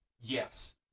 Yes